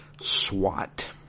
SWAT